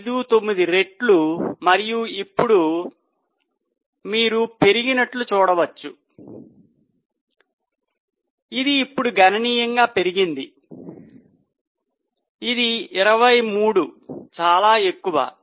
59 రెట్లు మరియు మీరు ఇప్పుడు పెరిగినట్లు చూడవచ్చు ఇది ఇప్పుడు గణనీయంగా పెరిగినది ఇది 23 చాలా ఎక్కువ